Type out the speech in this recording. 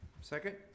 Second